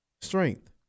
strength